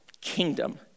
kingdom